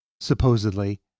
supposedly